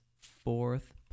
fourth